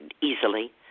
easily